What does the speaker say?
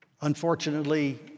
unfortunately